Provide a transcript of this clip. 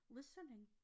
listening